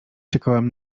czekałam